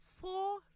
four